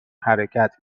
حرکت